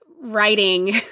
writing